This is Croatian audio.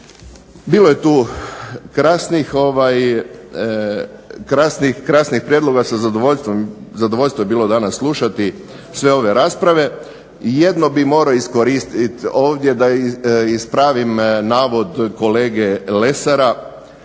Bilo je tu krasnih prijedloga sa zadovoljstvom, zadovoljstvo je bilo danas slušati sve ove rasprave, jedno bi moro iskoristiti ovdje da ispravim navod kolege Lesara.